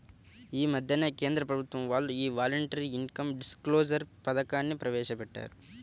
యీ మద్దెనే కేంద్ర ప్రభుత్వం వాళ్ళు యీ వాలంటరీ ఇన్కం డిస్క్లోజర్ పథకాన్ని ప్రవేశపెట్టారు